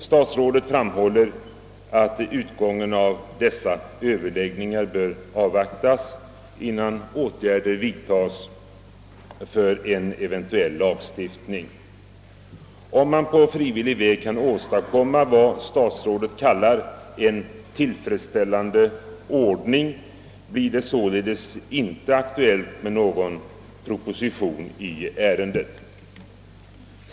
Statsrådet framhåller att utgången av dessa överläggningar bör avvaktas innan åtgärder vidtages för en eventuell lagstiftning. Om man på frivillig väg kan åstadkomma vad statsrådet kallar »en tillfredsställande ordning» blir det således inte aktuellt med någon proposition i ärendet.